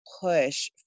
push